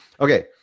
Okay